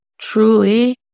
truly